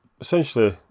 essentially